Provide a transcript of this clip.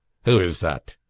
who is that?